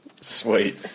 Sweet